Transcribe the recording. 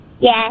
Yes